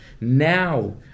now